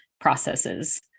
processes